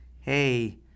hey